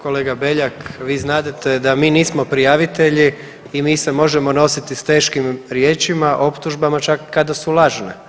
Kolega Beljak vi znadete da mi nismo prijavitelji i mi se možemo nositi s teškim riječima, optužbama čak kada su lažne.